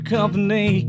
Company